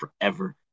forever